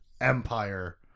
empire